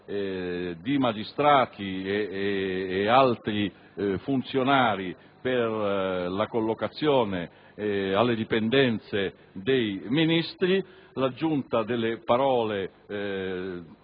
di magistrati e altri funzionari per la collocazione alle dipendenze dei Ministri. Dopo le parole